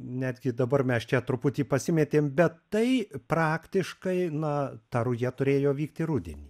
netgi dabar mes čia truputį pasimetėm bet tai praktiškai na ta ruja turėjo vykti rudenį